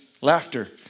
laughter